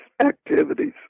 activities